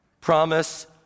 promise